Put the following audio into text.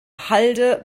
halde